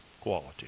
quality